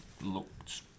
looked